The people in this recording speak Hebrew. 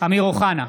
אמיר אוחנה,